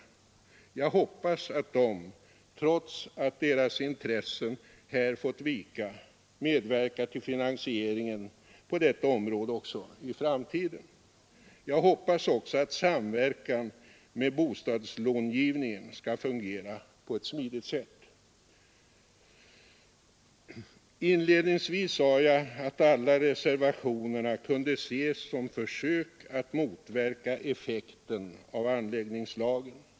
Jag hoppas att de, trots att deras intressen här fått vika, medverkar till finansieringen på detta område också i framtiden. Jag hoppas också att samverkan med bostadslångivningen skall fungera på ett smidigt sätt. Inledningsvis sade jag att alla reservationer kunde ses som försök att motverka effekten av anläggningslagen.